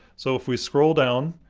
so if we scroll down,